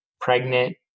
pregnant